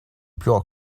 pure